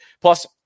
Plus